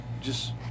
just-